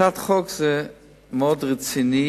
הצעת החוק מציעה דבר מאוד רציני